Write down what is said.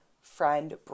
friend